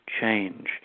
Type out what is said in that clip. change